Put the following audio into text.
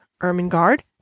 Ermengarde